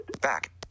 back